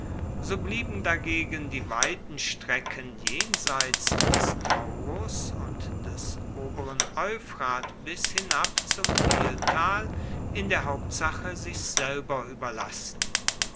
so blieben dagegen die weiten strecken jenseits des taurus und des oberen euphrat bis hinab zum niltal in der hauptsache sich selber überlassen